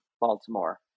Baltimore